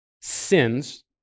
sins